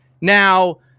Now